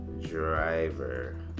driver